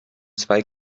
zwei